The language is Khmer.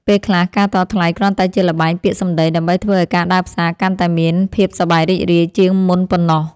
ពេលខ្លះការតថ្លៃគ្រាន់តែជាល្បែងពាក្យសម្ដីដើម្បីធ្វើឱ្យការដើរផ្សារកាន់តែមានភាពសប្បាយរីករាយជាងមុនប៉ុណ្ណោះ។